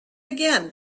again